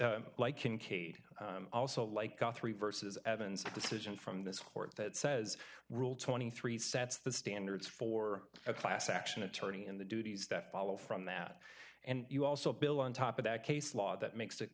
cases like kincaid also like guthrie versus evans a decision from this court that says rule twenty three sets the standards for a class action attorney and the duties that follow from that and you also build on top of that case law that makes it